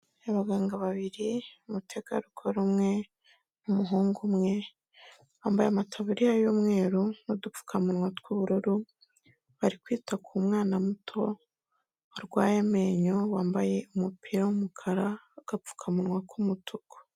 Abaganga babiri umutegarugori umwe n'umuhungu umwe, bambaye amataburiya y'umweru n'udupfukamunwa tw'ubururu, bari kwita ku mwana muto warwaye amenyo, wambaye umupira w'umukara, agapfukamunwa k'umutuku.